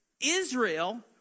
Israel